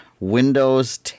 Windows